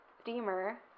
steamer